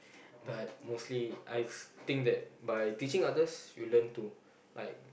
but mostly I think that by teaching others we learn too like